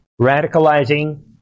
radicalizing